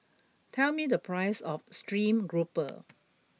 tell me the price of stream grouper